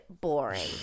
boring